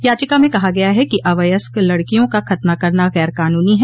याचिका में कहा गया है कि अवयस्क लड़कियों का खतना करना गैरकानूनो है